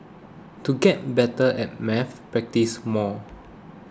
to get better at maths practise more